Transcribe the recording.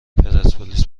پرسپولیس